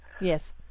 Yes